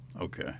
okay